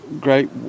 great